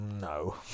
no